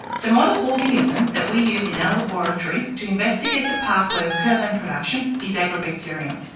the model organism that we use in our laboratory to investigate the pathway of curdlan production is agrobacterium,